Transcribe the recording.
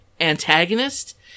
antagonist